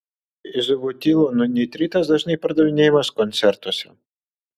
izobutilo nitritas dažnai pardavinėjamas koncertuose